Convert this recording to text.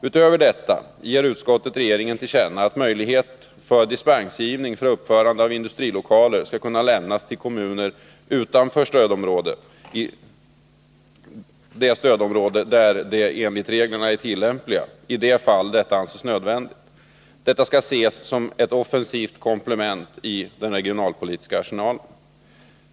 Utöver detta vill utskottet ge regeringen till känna att möjligheter för dispensgivning för uppförande av industrilokaler skall kunna lämnas till kommuner utanför stödområdet i de fall där detta anses nödvändigt. Detta skall ses som ett offensivt komplement i den regionalpolitiska arsenalen.